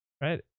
Right